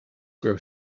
grow